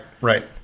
right